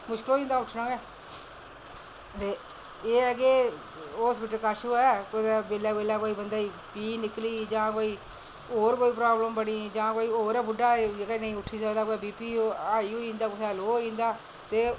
मुश्कल होई जंदा उट्ठना गै ते एह् ऐ कि हस्पिटल कश होई कोई बेल्लै बेल्लै कोई पीड़ निकली जां कोई होर प्रावलम बनी जां हर कोई बुड्ढा नी उट्ठी सकदा बी पी हाई होई जंदा हा कोई लोह् होई जंदा